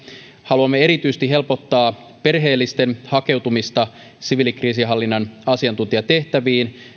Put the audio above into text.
haluamme erityisesti helpottaa perheellisten hakeutumista siviilikriisinhallinnan asiantuntijatehtäviin